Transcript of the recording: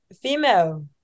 female